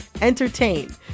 entertain